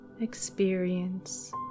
experience